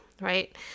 right